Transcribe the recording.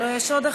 לא, יש עוד אחד.